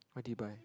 what did you buy